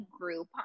group